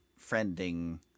friending